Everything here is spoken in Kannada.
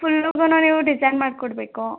ಫುಲ್ಲುಗುನು ನೀವು ಡಿಸೈನ್ ಮಾಡಿ ಕೊಡಬೇಕು